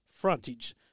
frontage